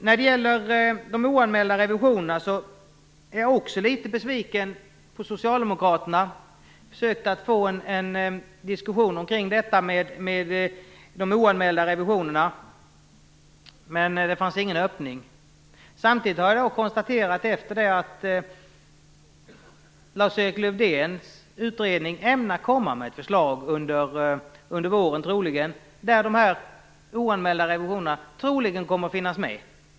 När det gäller de oanmälda revisionerna är jag också litet besviken på Socialdemokraterna. Vi försökte få en diskussion kring detta, men det fanns ingen öppning. Samtidigt har jag konstaterat att Lars Erik Lövdéns utredning troligen kommer med ett förslag under våren där de oanmälda revisionerna troligen kommer att finnas med.